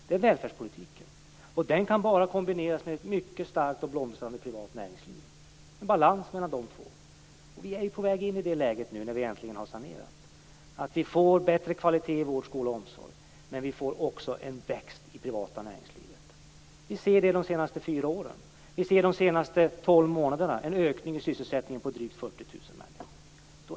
Det är välfärdspolitiken som det handlar om och den kan bara kombineras med ett mycket starkt och blomstrande privat näringsliv. Det handlar alltså om en balans mellan de två. Nu när vi äntligen har sanerat är vi på väg mot ett läge där vi får en bättre kvalitet i vården, skolan och omsorgen. Vi får också en växt i det privata näringslivet. Det har vi kunnat se under de senaste fyra åren. För de senaste tolv månaderna ser vi en ökning av sysselsättningen med drygt 40 000 arbetstillfällen.